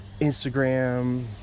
Instagram